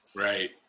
right